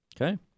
Okay